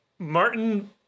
Martin